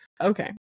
Okay